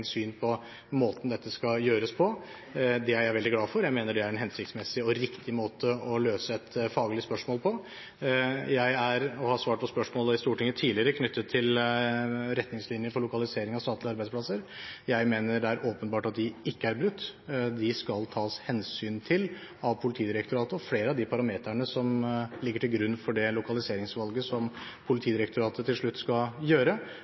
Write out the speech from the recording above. syn på måten dette skal gjøres på. Det er jeg veldig glad for – jeg mener det er en hensiktsmessig og riktig måte å løse et faglig spørsmål på. Jeg har svart på spørsmål i Stortinget tidligere knyttet til retningslinjer for lokalisering av statlige arbeidsplasser, og jeg mener det er åpenbart at de ikke er brutt. De skal tas hensyn til av Politidirektoratet, og flere av de parametrene som ligger til grunn for det lokaliseringsvalget som Politidirektoratet til slutt skal gjøre,